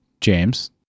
James